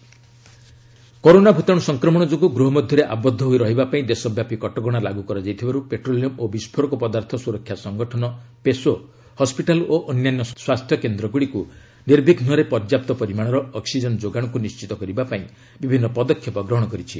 corona PESO corona ଭୂତାଣୁ ସଂକ୍ରମଣ ଯୋଗୁଁ ଗୃହ ମଧ୍ୟରେ ଆବଦ୍ଧ ହୋଇ ରହିବା ପାଇଁ ଦେଶବ୍ୟାପୀ କଟକଣା ଲାଗୁ କରାଯାଇଥିବାରୁ ପେଟ୍ରୋଲିୟମ୍ ଓ ବିସ୍ଫୋରକ ପଦାର୍ଥ ସୁରକ୍ଷା ସଂଗଠନ ପେସୋ ହସିଟାଲ୍ ଓ ଅନ୍ୟାନ୍ୟ ସ୍ୱାସ୍ଥ୍ୟ କେନ୍ଦ୍ରଗୁଡ଼ିକୁ ନିର୍ବିଘ୍ୱରେ ପର୍ଯ୍ୟାପ୍ତ ପରିମାଣର ଅକ୍ସିଜେନ୍ ଯୋଗାଶକୁ ନିଣ୍ଚିତ କରିବା ପାଇଁ ବିଭିନ୍ନ ପଦକ୍ଷେପ ଗ୍ରହଣ କରିଛି